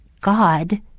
God